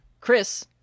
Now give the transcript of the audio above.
Chris